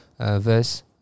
verse